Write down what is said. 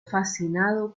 fascinado